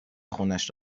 خونش